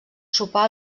sopar